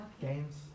Games